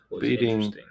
beating